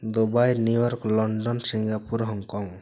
Dubai New York London Singapore Hong Kong